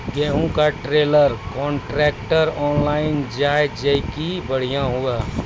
गेहूँ का trailer contractor online जाए जैकी बढ़िया हुआ